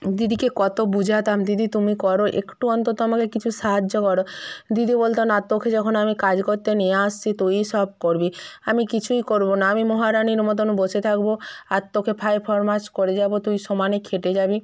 দিদিকে কত বোঝাতাম দিদি তুমি করো একটু অন্তত আমাকে কিছু সাহায্য করো দিদি বলত না তোকে যখন আমি কাজ করতে নিয়ে আসছি তুইই সব করবি আমি কিছুই করব না আমি মহারানীর মতন বসে থাকব আর তোকে ফাই ফরমাশ করে যাব তুই সমানে খেঁটে যাবি